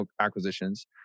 acquisitions